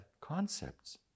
concepts